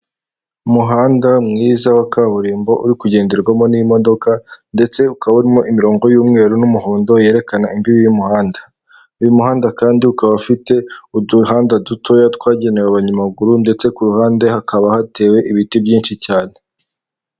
Umuhanda mwiza wa kaburimbo uri kugenderwamo n'imodoka, ndetse ukaba urimo imirongo y'umweru n'umuhondo yerekana imbibi y'umuhanda. Uyu muhanda kandi ukaba ufite uduhanda dutoya twagenewe abanyamaguru, ndetse ku ruhande hakaba hatewe ibiti byinshi cyane.